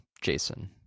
Jason